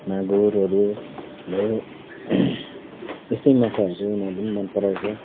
मागुरहरू भयो यस्तै माछाहरू उनीहरूले पनि मन पराउँछ